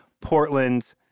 Portland